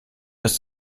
ist